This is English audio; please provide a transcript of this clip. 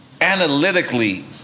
analytically